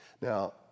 Now